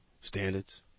standards